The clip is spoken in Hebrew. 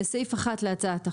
בסעיף 1 להצעת החוק,